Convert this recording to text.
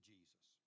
Jesus